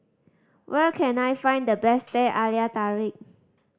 where can I find the best Teh Halia Tarik